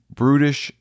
brutish